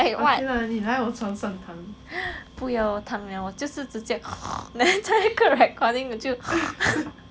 不要我躺了我就是直接 then 在那个 recording 我就